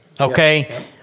okay